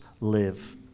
live